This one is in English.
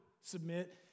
submit